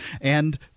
And-